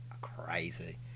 crazy